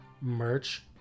merch